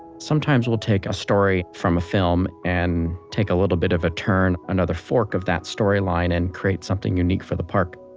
sometimes we'll take a story from a film and take a little bit of a turn, another fork of that storyline and create something unique for the park.